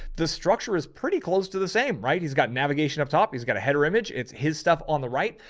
the structure is pretty close to the same. right? he's got navigation up top. he's got a header image. it's his stuff on the right.